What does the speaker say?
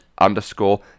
underscore